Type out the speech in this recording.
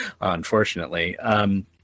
unfortunately